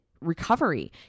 recovery